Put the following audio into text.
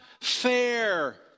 fair